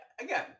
again